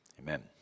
amen